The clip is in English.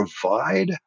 provide